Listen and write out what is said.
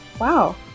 wow